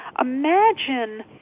imagine